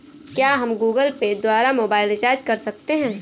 क्या हम Google pay द्वारा मोबाइल रिचार्ज कर सकते हैं?